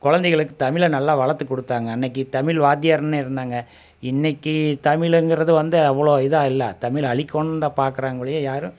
குழந்தைகளுக்கு தமிழ் நல்லா வளர்த்துக் கொடுத்தாங்க அன்னைக்கி தமிழ் வாத்தியார்ன்னு இருந்தாங்க இன்னைக்கி தமிழுங்கிறது வந்து அவ்வளோ இதாக இல்லை தமிழை அழிக்கணுன்தான் பார்க்குறாங்க ஒழிய யாரும்